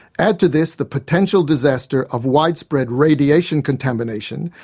add to this the potential disaster of widespread radiation contamination,